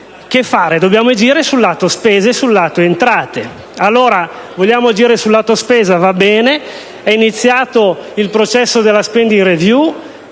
Dobbiamo agire sul lato spese e sul lato entrate. Allora, vogliamo agire sul lato delle spese? Va bene! E' iniziato il processo della *spending review*,